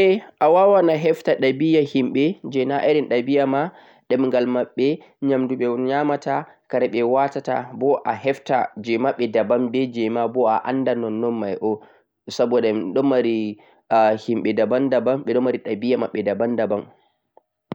Ae awawan a hefta al'ada himɓe je na irin ɗabi'a ma, ɗemgal mabɓe, nyamdu ɓe nyamata, kare ɓe watata bo a hefta jema daban ɓe je mabɓe.